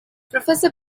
professor